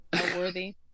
worthy